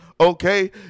Okay